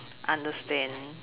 understand